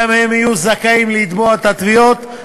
גם הם יהיו זכאים לתבוע את התביעות,